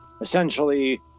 essentially